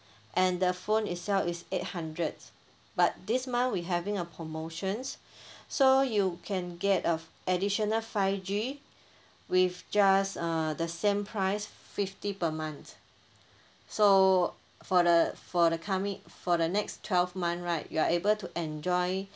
and the phone itself is eight hundred but this month we having a promotions so you can get a additional five G with just uh the same price fifty per month so for the for the coming for the next twelve months right you are able to enjoy